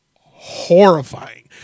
horrifying